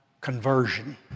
conversion